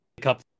Cup